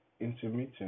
intermittent